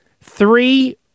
three